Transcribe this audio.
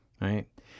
Right